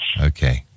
Okay